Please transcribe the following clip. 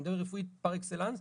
אני מדבר רפואית פר אקסלנס,